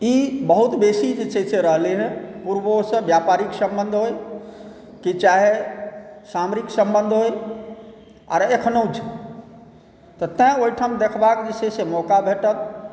ई बहुत बेसी जे छै से रहलै हँ पूर्वोसँ व्यापारिक सम्बन्ध होइ कि चाहे सामरिक सम्बन्ध होइ आओर एखनहु छै तऽ तेँ ओहिठाम देखबाक जे छै से मौका भेटत